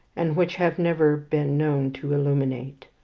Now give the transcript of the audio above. and which have never been known to illuminate.